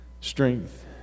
strength